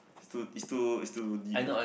it's too it's too it's too deep lah